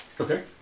Okay